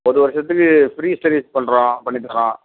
ஒரு வருடத்துக்கு free service பண்ணுறோம் பண்ணி தரோம்